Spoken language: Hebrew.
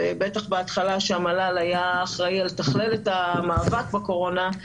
ובטח בהתחלה כשהמל"ל היה אחראי לתכלל את המאבק בקורונה,